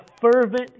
fervent